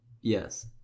Yes